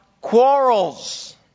quarrels